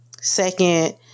Second